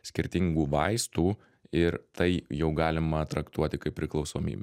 skirtingų vaistų ir tai jau galima traktuoti kaip priklausomybę